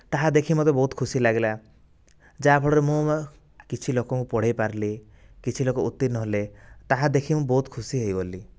ତାହା ଦେଖି ମୋତେ ବହୁତ ଖୁସି ଲାଗିଲା ଯାହା ଫଳରେ ମୁଁ କିଛି ଲୋକଙ୍କୁ ପଢ଼ାଇ ପାରିଲି କିଛି ଲୋକ ଉତିର୍ଣ୍ଣ ହେଲେ ତାହା ଦେଖି ମୁଁ ବହୁତ ଖୁସି ହୋଇଗଲି